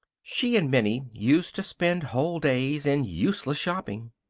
she and minnie used to spend whole days in useless shopping.